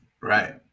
right